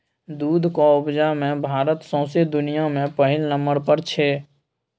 दुधक उपजा मे भारत सौंसे दुनियाँ मे पहिल नंबर पर छै